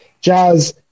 jazz